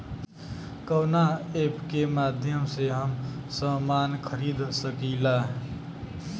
कवना ऐपके माध्यम से हम समान खरीद सकीला?